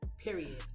period